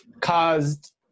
caused